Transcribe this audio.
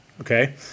Okay